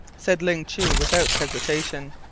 said ling chu without hesitation.